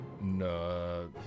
No